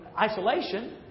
isolation